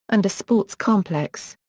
and a sports complex.